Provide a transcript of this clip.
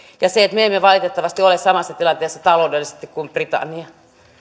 ja me emme valitettavasti ole samassa tilanteessa taloudellisesti kuin britannia